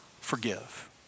forgive